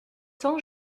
temps